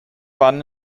waren